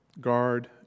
Guard